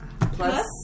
Plus